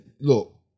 look